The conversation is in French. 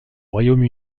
royaume